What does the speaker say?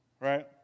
right